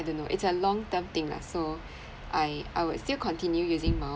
I don't know it's a long term thing ah so I I would still continue using miles